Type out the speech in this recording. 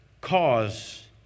cause